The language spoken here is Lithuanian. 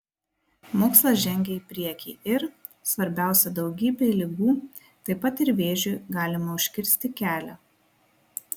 mokslas žengia į priekį ir svarbiausia daugybei ligų taip pat ir vėžiui galima užkirsti kelią